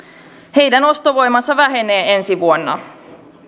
heidän ostovoimansa vähenee ensi vuonna